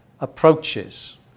approaches